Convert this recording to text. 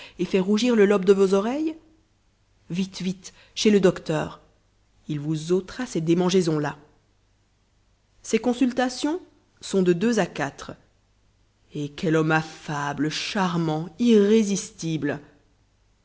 et fait rougir le lobe de vos oreilles vite vite chez le docteur il vous ôtera ces démangeaisons là ses consultations sont de deux à quatre et quel homme affable charmant irrésistible